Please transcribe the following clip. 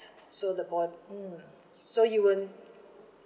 the board mm so you won't